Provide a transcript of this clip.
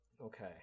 Okay